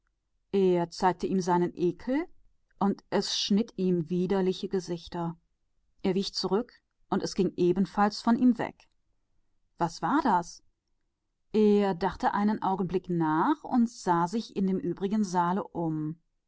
er schnitt ihm gesichter und es schnitt ihm scheußliche fratzen er fuhr zurück und es entfernte sich was war es er dachte einen augenblick nach und sah sich dann rings im saale